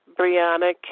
Brianna